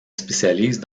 spécialise